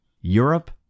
europe